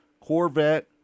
Corvette